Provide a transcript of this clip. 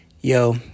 Yo